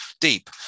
deep